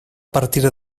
partir